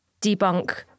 debunk